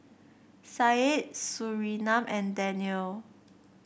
Syed Surinam and Danial